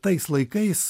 tais laikais